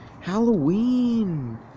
Halloween